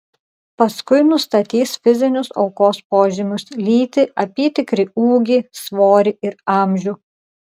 paskui nustatys fizinius aukos požymius lytį apytikrį ūgį svorį ir amžių